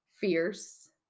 Fierce